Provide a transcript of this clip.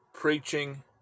preaching